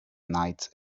night